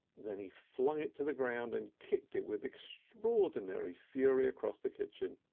then he flung it to the ground, and kicked it with extraordinary fury across the kitchen.